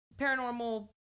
paranormal